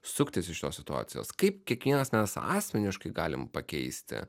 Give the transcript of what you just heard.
suktis iš šitos situacijos kaip kiekvienas mes asmeniškai galim pakeisti